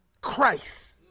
christ